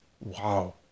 Wow